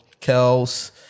Kels